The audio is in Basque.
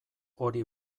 hori